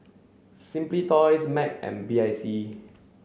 simply Toys Mac and B I C